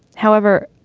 however,